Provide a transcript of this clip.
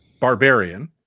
barbarian